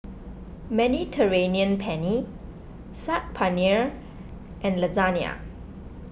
Mediterranean Penne Saag Paneer and Lasagne